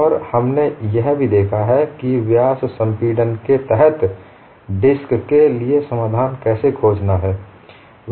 और हमने यह भी देखा है कि व्यास संपीड़न के तहत डिस्क के लिए समाधान कैसे खोजना है